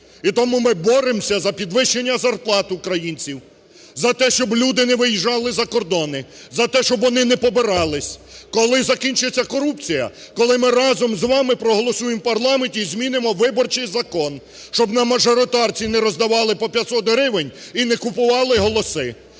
І тому ми боремося за підвищення зарплат українців, за те, щоб люди не виїжджали за кордони, за те, щоб вони не побирались. Коли закінчиться корупція? Коли ми разом з вами проголосуємо в парламенті і змінимо виборчий закон. Щоб на мажоритарці не роздавали по 500 гривень і не купували голоси.